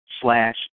slash